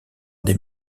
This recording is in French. des